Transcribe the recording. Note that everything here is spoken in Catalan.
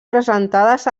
presentades